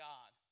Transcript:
God